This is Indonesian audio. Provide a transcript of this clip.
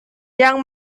yang